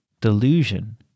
delusion